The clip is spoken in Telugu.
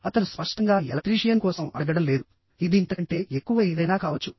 అతను స్పష్టంగా ఎలక్ట్రీషియన్ కోసం అడగడం లేదు ఇది ఇంతకంటే ఎక్కువ ఏదైనా కావచ్చు